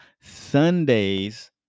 Sunday's